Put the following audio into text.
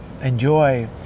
enjoy